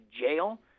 jail